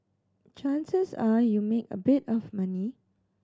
chances are you make a bit of money